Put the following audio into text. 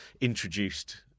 introduced